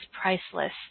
priceless